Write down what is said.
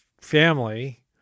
family